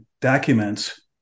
documents